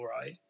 right